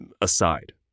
aside